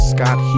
Scott